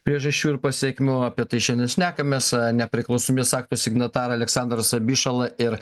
priežasčių ir pasekmių apie tai šiandien šnekamės nepriklausomybės akto signatarai aleksandras abišala ir